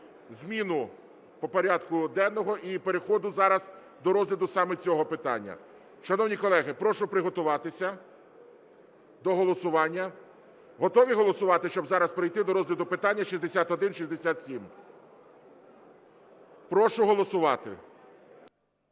зміну порядку денно і переходу зараз до розгляду саме цього питання. Шановні колеги, прошу приготуватися до голосування. Готові голосувати, щоб зараз перейти до розгляду питання 6167? Прошу голосувати.